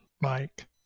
Mike